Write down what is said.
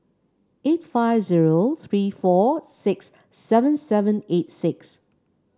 eight five zero three four six seven seven eight six